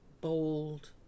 bold